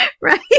Right